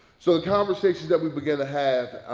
so the conversation that we began to have,